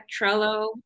Trello